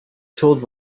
told